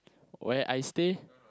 where I stay